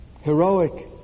Heroic